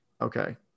Okay